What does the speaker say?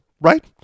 right